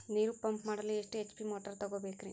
ನೀರು ಪಂಪ್ ಮಾಡಲು ಎಷ್ಟು ಎಚ್.ಪಿ ಮೋಟಾರ್ ತಗೊಬೇಕ್ರಿ?